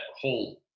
whole